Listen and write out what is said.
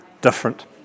different